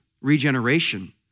regeneration